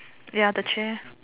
the other chair